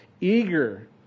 eager